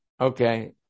Okay